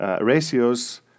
ratios